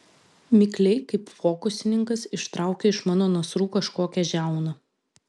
mikliai kaip fokusininkas ištraukė iš mano nasrų kažkokią žiauną